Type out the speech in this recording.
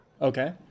Okay